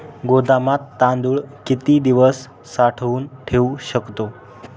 गोदामात तांदूळ किती दिवस साठवून ठेवू शकतो?